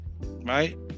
right